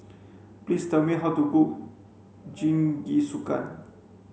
please tell me how to cook Jingisukan